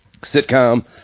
Sitcom